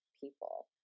people